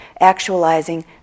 actualizing